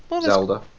Zelda